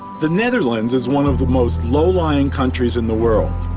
the netherlands is one of the most low-lying countries in the world.